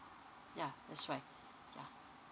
yeah that's right yeah